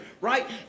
right